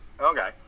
Okay